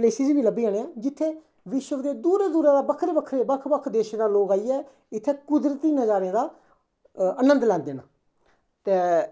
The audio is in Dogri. प्लेसिस बी लब्भी जानियां जित्थें विश्व दे दूरा दूरा दा बक्खरे बक्खरे बक्ख बक्ख देशें दा लोग आइयै इत्थें कुदरती नज़ारें दा आनंद लैंदे न ते